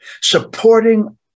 supporting